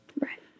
Right